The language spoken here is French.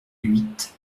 huit